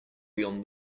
beyond